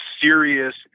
serious